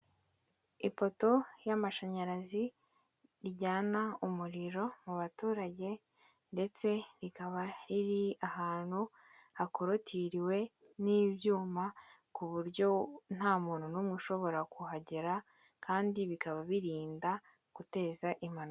Ipoto y'amashanyarazi rijyana umuriro mu baturage ndetse rikaba riri ahantu hakorotiriwe n'ibyuma ku buryo nta muntu n'umwe ushobora kuhagera kandi bikaba birinda guteza impanuka.